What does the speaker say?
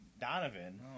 Donovan